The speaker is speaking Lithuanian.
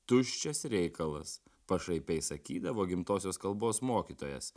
tuščias reikalas pašaipiai sakydavo gimtosios kalbos mokytojas